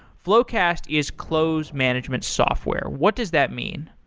floqast is close management software. what does that mean?